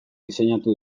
diseinatu